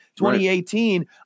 2018